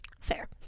Fair